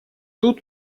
тут